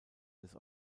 des